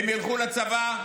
הם ילכו לצבא,